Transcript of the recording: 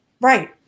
Right